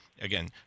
again